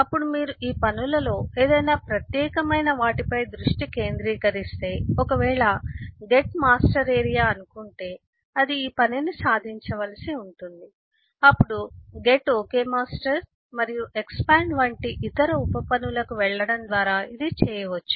అప్పుడు మీరు ఈ పనులలో ఏదైనా ప్రత్యేకమైన వాటిపై దృష్టి కేంద్రీకరిస్తే ఒకవేళ గెట్ మాస్టర్ ఏరియా అనుకుంటే అది ఈ పనిని సాధించవలసి ఉంటుంది అప్పుడు గెట్ ఓకే మాస్టర్ మరియు ఎక్స్పాండ్ వంటి ఇతర ఉప పనులకు వెళ్లడం ద్వారా ఇది చేయవచ్చు